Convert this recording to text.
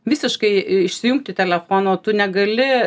visiškai išsijungti telefono tu negali